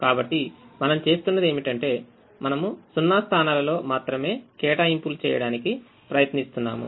కాబట్టిమనం చేస్తున్నది ఏమిటంటేమనము 0 స్థానాలలో మాత్రమే కేటాయింపులుచేయడానికిప్రయత్నిస్తున్నాము